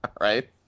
right